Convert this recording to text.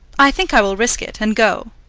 i think i will risk it, and go.